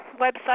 website